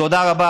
תודה רבה.